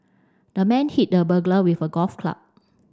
the man hit the burglar with a golf club